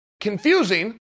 confusing